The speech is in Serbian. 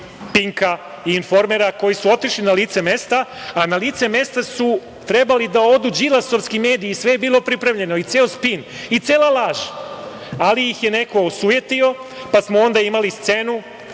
„Pinka“ i „Informera„ koji su otišli na lice mesta, a na lice mesta su trebali da odu đilasovski mediji, sve je bilo pripremljeno i ceo spin i cela laž, ali ih je neko osujetio. Onda smo imali scenu